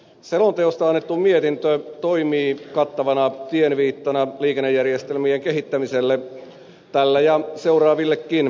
selonteosta annettu mietintö toimii kattavana tienviittana liikennejärjestelmien kehittämiselle tällä vaalikaudella ja seuraavillakin